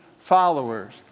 followers